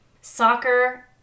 Soccer